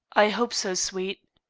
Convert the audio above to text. i hope so, sweet.